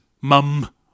mum